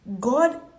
God